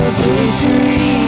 victory